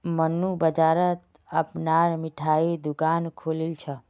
मन्नू बाजारत अपनार मिठाईर दुकान खोलील छ